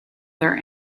their